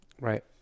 Right